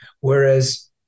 Whereas